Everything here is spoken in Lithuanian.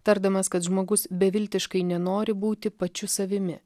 tardamas kad žmogus beviltiškai nenori būti pačiu savimi